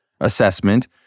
assessment